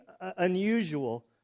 unusual